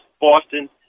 Boston